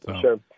Sure